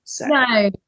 No